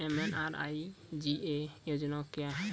MNREGA योजना क्या हैं?